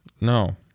No